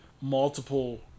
multiple